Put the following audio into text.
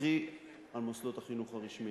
קרי על מוסדות החינוך הרשמיים.